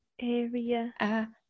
Area